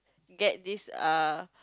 get this err